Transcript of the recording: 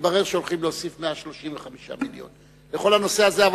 ומתברר שהולכים להוסיף 135 מיליון לכל הנושא הזה.